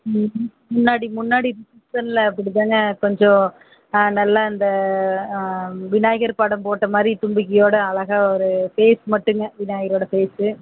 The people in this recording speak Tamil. முன்னாடி முன்னாடி முன்னாடி ஃபங்ஷனில் அப்படி தாங்க கொஞ்சம் ஆ நல்லா அந்த ஆ விநாயகர் படம் போட்ட மாதிரி தும்பிக்கையோட அழகாக ஒரு ஃபேஸ் மட்டுங்க விநாயகரோட ஃபேஸ்ஸு